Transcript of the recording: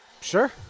Sure